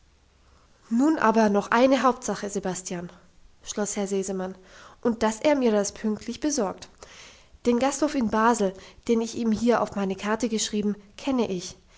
nun aber noch eine hauptsache sebastian schloss herr sesemann und dass er mir das pünktlich besorgt den gasthof in basel den ich ihm hier auf meine karte geschrieben kenne ich